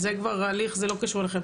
זה כבר הליך שלא קשור אליכם,